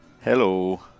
hello